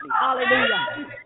Hallelujah